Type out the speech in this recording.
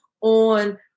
on